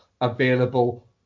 available